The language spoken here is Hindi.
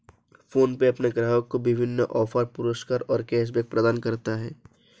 फोनपे अपने ग्राहकों को विभिन्न ऑफ़र, पुरस्कार और कैश बैक प्रदान करता है